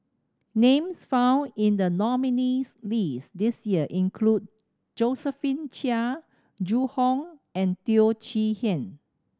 names found in the nominees' list this year include Josephine Chia Zhu Hong and Teo Chee Hean